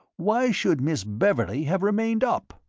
why should miss beverley have remained up?